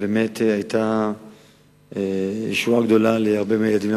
היתה באמת ישועה גדולה להרבה ילדים,